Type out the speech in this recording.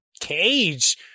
cage